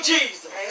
Jesus